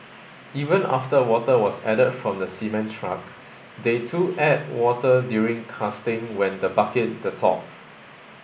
even after water was added from the cement truck they to add water during casting when the bucket the top